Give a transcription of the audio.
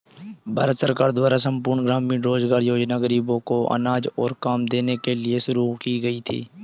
भारत सरकार द्वारा संपूर्ण ग्रामीण रोजगार योजना ग़रीबों को अनाज और काम देने के लिए शुरू की गई है